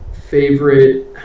favorite